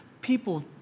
people